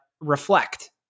reflect